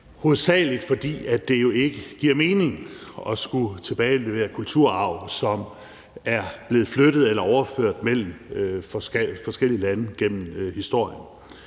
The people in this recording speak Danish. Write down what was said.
hovedsagelig fordi det ikke giver mening at skulle tilbagelevere kulturarv, som er blevet flyttet eller overført mellem forskellige lande gennem historien.